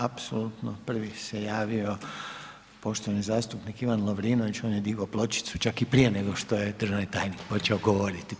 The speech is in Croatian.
Apsolutno prvi se javio poštovani zastupnik Ivan Lovrinović, on je digao pločicu čak i prije nego što je državni tajnik počeo govoriti.